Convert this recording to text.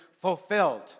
fulfilled